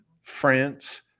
France